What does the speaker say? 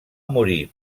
morir